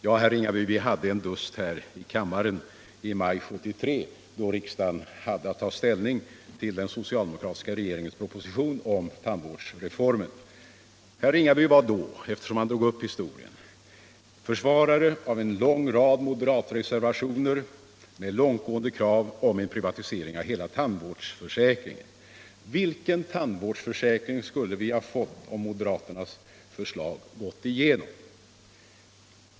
| Ja, herr Ringaby, vi hade en dust här i kammaren i maj 1973, då riksdagen hade att ta ställning till den socialdemokratiska regeringens proposition om tandvårdsreformen. Herr Ringaby var då försvarare av en lång rad moderata reservationer med långtgående krav på privatisering av hela tandvårdsförsäkringen. Vilken tandvårdsförsäkring skulle vi ha fått om moderaternas förslag gått igenom?